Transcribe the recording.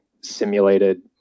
simulated